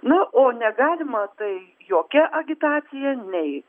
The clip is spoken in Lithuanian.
nu o negalima tai jokia agitacija nei